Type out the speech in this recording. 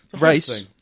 Race